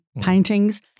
paintings